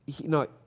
No